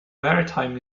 maritime